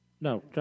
No